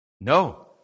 No